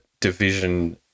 division